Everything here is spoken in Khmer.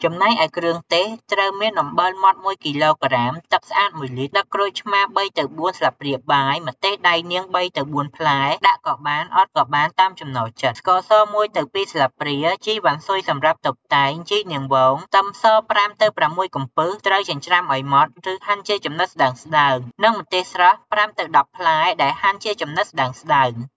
ចំណែកឯ គ្រឿងទេសត្រូវមាន អំបិលម៉ដ្ឋ ១ គីឡូក្រាម ទឹកស្អាត ១ លីត្រ, ទឹកក្រូចឆ្មារ ៣ ទៅ ៤ ស្លាបព្រាបាយ, ម្ទេសដៃនាង ៣ ទៅ ៤ ផ្លែដាក់ក៏បាន អត់ក៏បាន តាមចំណូលចិត្ត, ស្ករស ១ ទៅ ២ ស្លាបព្រា, ជីរវ៉ាន់ស៊ុយសម្រាប់តុបតែង, ជីនាងវង, ខ្ទឹមស ៥ ទៅ ៦ កំពឹស ត្រូវចិញ្ច្រាំឲ្យម៉ដ្ឋ ឬហាន់ជាចំណិតស្តើងៗ, និងម្ទេសស្រស់ ៥ទៅ១០ ផ្លែ ដែលហាន់ជាចំណិតស្តើងៗ។